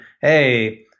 Hey